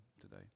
today